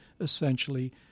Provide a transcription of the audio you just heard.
essentially